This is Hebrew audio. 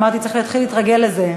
אמרתי: צריך להתחיל להתרגל לזה,